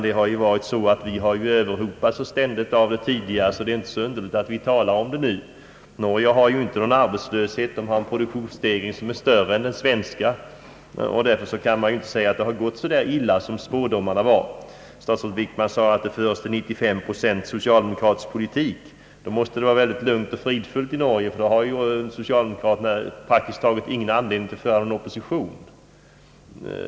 Men vi har ständigt överhopats av dem tidigare, och därför är det kanske inte så underligt om de har tagits upp här. Norge har ju ingen arbetslöshet och en produktionsstegring som är större än den svenska. Man kan därför inte säga att det har gått så illa som spådomarna förutsade. Statsrådet Wickman menade att Norge för en 95-procentig socialdemokratisk politik. Då måste det vara mycket lugnt och fridfullt i Norge, ty då har socialdemokraterna praktiskt taget ingen anledning alls till opposition!